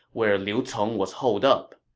where liu cong was holed up.